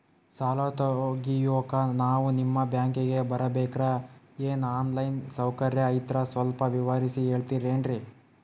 ಸಾಲ ತೆಗಿಯೋಕಾ ನಾವು ನಿಮ್ಮ ಬ್ಯಾಂಕಿಗೆ ಬರಬೇಕ್ರ ಏನು ಆನ್ ಲೈನ್ ಸೌಕರ್ಯ ಐತ್ರ ಸ್ವಲ್ಪ ವಿವರಿಸಿ ಹೇಳ್ತಿರೆನ್ರಿ?